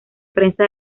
prensa